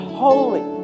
holy